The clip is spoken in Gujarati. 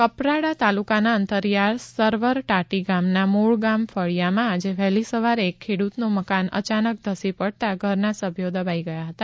કપરાડા તાલુકાના અંતરિયાળ સરવરટાટી ગામના મૂળગામ ફળીયામાં આજે વહેલી સવારે એક ખેડૂતનું મકાન અચાનક ધસી પડતા ઘરના સભ્યો દબાઈ ગયા હતા